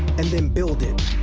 and then build it.